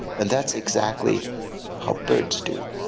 and that's exactly how birds do.